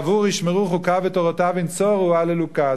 בעבור ישמרו חוקיו ותורותיו ינצורו, הללויה.